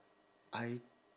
I